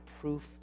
proof